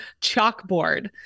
chalkboard